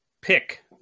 pick